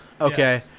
Okay